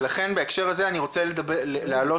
לכן אני רוצה להעלות